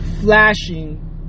flashing